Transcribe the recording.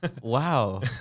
Wow